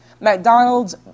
McDonald's